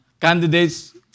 candidates